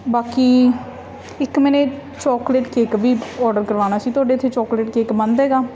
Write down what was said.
ਬਾਕੀ ਇੱਕ ਮੈਨੇ ਚੋਕਲੇਟ ਕੇਕ ਵੀ ਆਰਡਰ ਕਰਵਾਉਣਾ ਸੀ ਤੁਹਾਡੇ ਇੱਥੇ ਚੋਕਲੇਟ ਕੇਕ ਬਣਦਾ ਹੈਗਾ